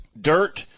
Dirt